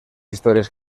historias